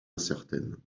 incertaine